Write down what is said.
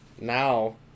now